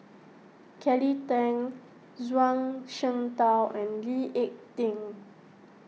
Kelly Tang Zhuang Shengtao and Lee Ek Tieng